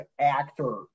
actor